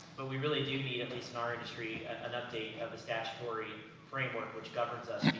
but we really do need at least in our industry an update of the statutory framework, which governs us.